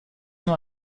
noch